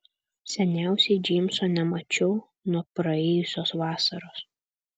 seniausiai džeimso nemačiau nuo praėjusios vasaros